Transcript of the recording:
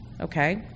Okay